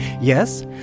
Yes